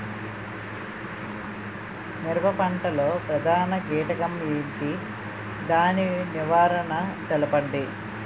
మిరప పంట లో ప్రధాన కీటకం ఏంటి? దాని నివారణ తెలపండి?